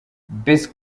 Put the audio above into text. besse